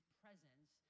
presence